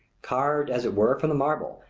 carved as it were from the marble,